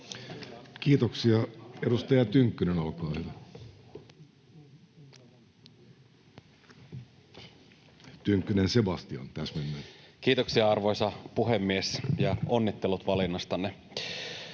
Kiitoksia. — Edustaja Tynkkynen, olkaa hyvä. Tynkkynen Sebastian, täsmennän. Kiitoksia, arvoisa puhemies, ja onnittelut valinnastanne!